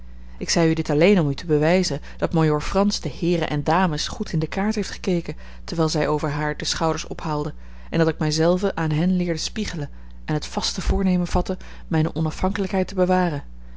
ik zei u dit alleen om u te bewijzen dat majoor frans de heeren en dames goed in de kaart heeft gekeken terwijl zij over haar de schouders ophaalden en dat ik mij zelve aan hen leerde spiegelen en het vaste voornemen vatte mijne onafhankelijkheid te bewaren